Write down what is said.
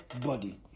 body